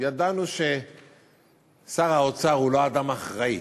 ידענו ששר האוצר הוא לא אדם אחראי,